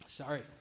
Sorry